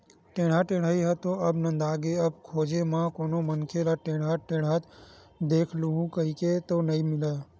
टेंड़ा टेड़ई ह तो अब नंदागे अब खोजे म कोनो मनखे ल टेंड़ा टेंड़त देख लूहूँ कहिबे त नइ मिलय